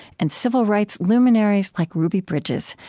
and civil rights luminaries like ruby bridges,